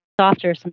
Softer